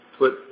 put